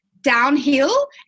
downhill